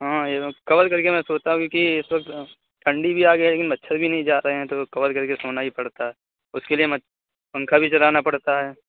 ہاں ہاں ایک دم کور کر کے میں سوتا بھی ہوں کیونکہ اِس وقت ٹھنڈی بھی آگئی ہے مچھر بھی نہیں جا رہے ہیں تو کور کر کے سونا ہی پڑتا ہے اُس کے لیے مچھ پنکھا بھی چلانا پڑتا ہے